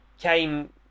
came